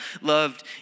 loved